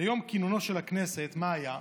ביום כינונה של הכנסת מה היה?